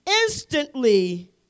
instantly